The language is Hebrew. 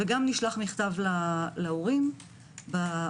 וגם נשלח מכתב להורים בנושא.